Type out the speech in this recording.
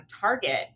target